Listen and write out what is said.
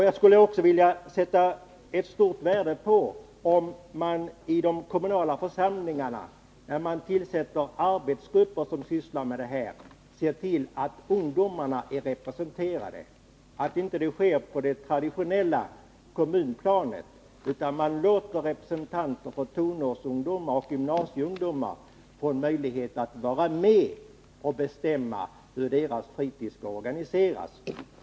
Jag skulle också sätta stort värde på om man i de kommunala församlingarna vid tillsättandet av arbetsgrupper som skall syssla med dessa frågor såg till att ungdomarna blev representerade. Arbetet bör alltså inte ske på det traditionella kommunplanet, utan man bör låta representanter för tonårsungdomar och gymnasieungdomar få en möjlighet att vara med och bestämma hur deras fritid skall organiseras.